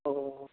ओहो